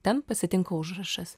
ten pasitinka užrašas